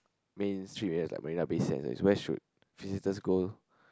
main street very very rubbish eh where should visitors go